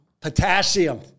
Potassium